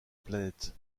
planète